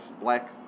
black